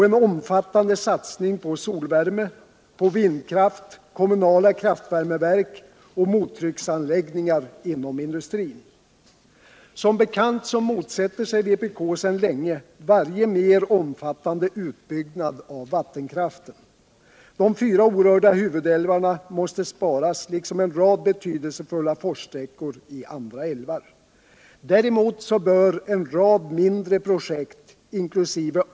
en omfattande satsning på solvärme, på vindkraft, kommunala kraftvärmeverk och mottrycksanläggningar inom industrin. Som bekant motsätter sig vpk sedan länge varje mera omfattande utbyggnad av vattenkraften. De fyra orörda huvudälvarna måste sparas liksom en rad betydelsefulla forssträckor i andra älvar. Däremot bör en rad mindre projekt — inkl.